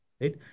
right